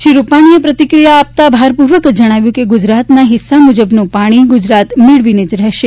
શ્રી રૂપાણીએ પ્રતિક્રિયા આપતા ભાર પૂર્વક જણાવ્યું હતું કે ગુજરાતના હિસ્સા મુજબનું પાણી ગુજરાત મેળવીને જ રહેશે